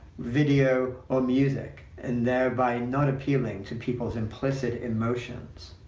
video, or music, and thereby not appealing to people's implicit emotions.